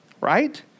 right